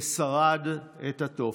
ושרד את התופת.